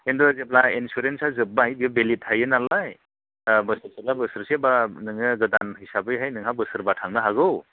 खिन्थु जेब्ला इनसुरेन्स आ जोबबाय बियो भेलिड थायो नालाय बोसोर बा बोसोरसे गोदान हिसाबै नोंहा बोसोरबा थांनो हागौ